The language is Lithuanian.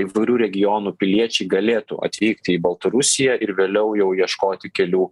įvairių regionų piliečiai galėtų atvykti į baltarusiją ir vėliau jau ieškoti kelių